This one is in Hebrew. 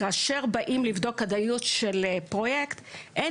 כאשר באים לבדוק כדאיות של פרויקט אין